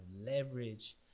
leverage